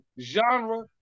genre